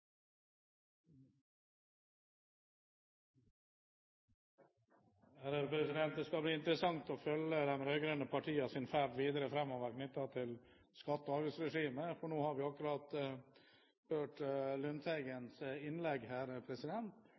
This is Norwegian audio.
lite påaktet. Det skal bli interessant å følge de rød-grønne partienes ferd videre framover knyttet til skatte- og avgiftsregimet, for nå har vi akkurat hørt Lundteigens innlegg